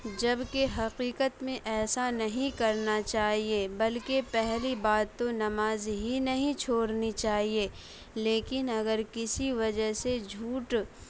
جب کہ حقیقت میں ایسا نہیں کرنا چاہیے بلکہ پہلی بات تو نماز ہی نہیں چھوڑنی چاہیے لیکن اگر کسی وجہ سے جھوٹ